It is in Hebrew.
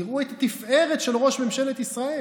יראו את התפארת של ראש ממשלת ישראל.